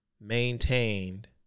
maintained